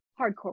hardcore